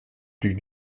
plus